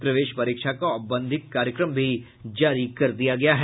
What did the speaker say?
प्रवेश परीक्षा का औपबंधिक कार्यक्रम भी जारी कर दिया गया है